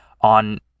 on